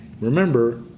remember